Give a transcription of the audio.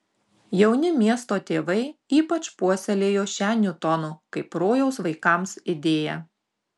jauni miesto tėvai ypač puoselėjo šią niutono kaip rojaus vaikams idėją